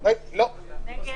לא אושרה.